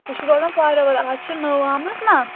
سُہ چھُ روزَان فاراَیٚوَر آز چھِ نوٚو آمٕژ نا